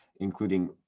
including